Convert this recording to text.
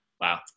Wow